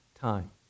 time